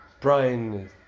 Brian